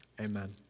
Amen